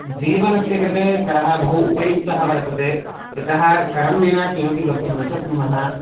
जीवनस्य कृते करः बहु उपयुक्तः वर्तते यतः करं विना किमपि कर्तुं न शक्नुमः